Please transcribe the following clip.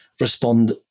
respond